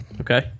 okay